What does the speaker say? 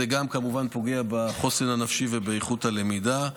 זה גם כמובן פוגע בחוסן הנפשי ובאיכות הלמידה,